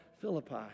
Philippi